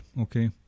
okay